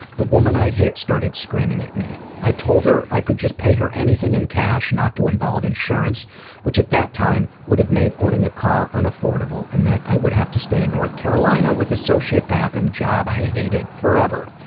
the woman i hit started screaming at me. i told her i could just pay her anything in cash not to involve insurance which at that time would have made owning a car unaffordable and then i would have to stay in north carolina with a sociopath and job i hated forever.